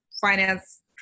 finance